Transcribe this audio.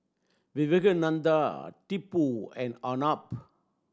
Vivekananda Tipu and Arnab